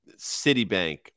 Citibank